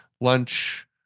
lunch